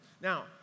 Now